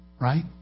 Right